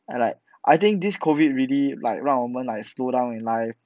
like I think this COVID really like 让我们 like slow down in life